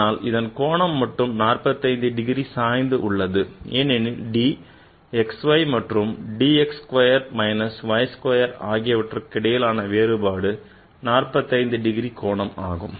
ஆனால் அதன் கோணம் மட்டும் 45 degree சாய்ந்து உள்ளது ஏனெனில் d xy மற்றும் d x square minus y square ஆகியவற்றுக்கிடையிலான வேறுபாடு 45 degree கோணம் ஆகும்